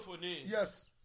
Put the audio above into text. ...yes